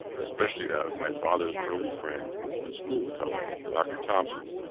especially that of my father's early friend and schoolfellow, dr. thomson,